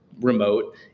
remote